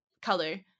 color